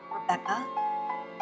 Rebecca